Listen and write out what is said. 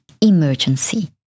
emergency